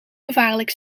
gevaarlijk